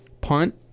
punt